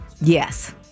Yes